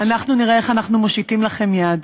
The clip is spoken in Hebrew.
אנחנו נראה איך אנחנו מושיטים לכם יד.